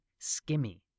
Skimmy